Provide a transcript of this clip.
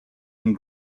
and